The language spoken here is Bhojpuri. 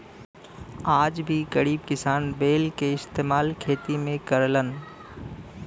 आज भी गरीब किसान बैल के इस्तेमाल खेती में करलन